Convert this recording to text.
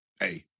hey